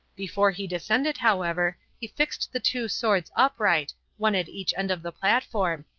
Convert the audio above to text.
before he descended, however, he fixed the two swords upright, one at each end of the platform,